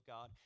God